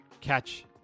catch